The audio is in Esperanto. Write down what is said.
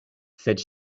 sed